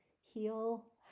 heal